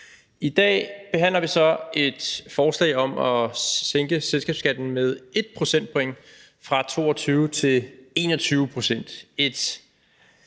I dag behandler vi så et forslag om at sænke selskabsskatten med 1 procentpoint fra 22 til 21 pct.,